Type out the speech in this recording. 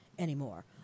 anymore